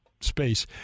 space